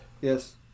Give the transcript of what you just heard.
Yes